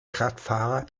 kraftfahrer